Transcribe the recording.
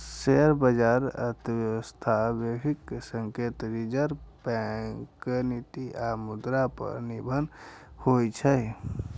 share बाजार अर्थव्यवस्था, वैश्विक संकेत, रिजर्व बैंकक नीति आ मुद्रा पर निर्भर होइ छै